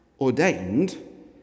ordained